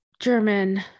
german